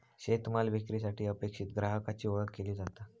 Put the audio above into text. शेतमाल विक्रीसाठी अपेक्षित ग्राहकाची ओळख केली जाता